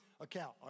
account